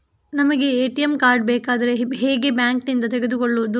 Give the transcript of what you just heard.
ನಮಗೆ ATM card ಬೇಕಾದ್ರೆ ಹೇಗೆ ಬ್ಯಾಂಕ್ ನಿಂದ ತೆಗೆದುಕೊಳ್ಳುವುದು?